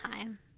time